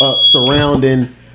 surrounding